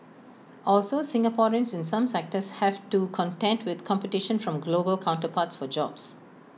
also Singaporeans in some sectors have to contend with competition from global counterparts for jobs